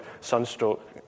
sunstroke